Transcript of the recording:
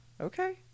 Okay